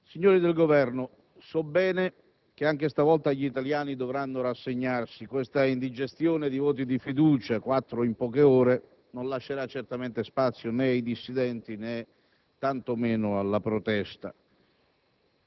signori del Governo, so bene che anche questa volta gli italiani dovranno rassegnarsi: questa indigestione di voti di fiducia, quattro in poche ore, non lascerà certamente spazio né ai dissidenti, né tantomeno alla protesta.